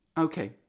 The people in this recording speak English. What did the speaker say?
Okay